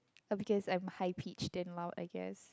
but because I am high pitched and loud I guess